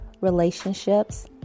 relationships